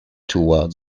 toward